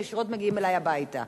ישירות מגיעים אלי הביתה.